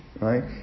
right